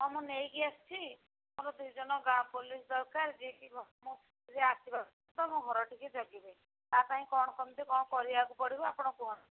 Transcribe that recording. ହଁ ମୁଁ ନେଇକି ଆସିଛି ମୋର ଦୁଇ ଜଣ ପୋଲିସ୍ ଦରକାର ଯିଏ କି ମୋ ଆସିବ ମୋ ଘର ଟିକିଏ ଜଗିବେ ତା ପାଇଁ କ'ଣ କେମିତି କ'ଣ କରିବାକୁ ପଡ଼ିବ ଆପଣ କୁହନ୍ତୁ